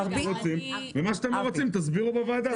ומה שאתם לא רוצים תסבירו בוועדה.